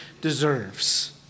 deserves